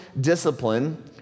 discipline